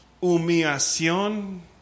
Humillación